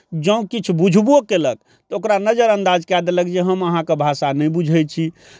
जँ किछु बुझबो कयलक तऽ ओकरा नजरअन्दाज कए देलक जे हम अहाँके भाषा नहि बुझैत छी